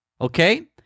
Okay